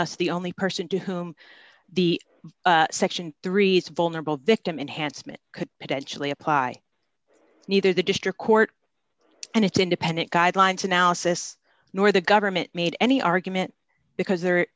thus the only person to whom the section three vulnerable victim enhancement could potentially apply neither the district court and its independent guidelines analysis nor the government made any argument because there